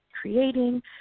creating